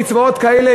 קצבאות כאלה,